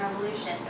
Revolution